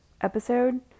episode